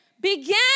began